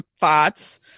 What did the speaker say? thoughts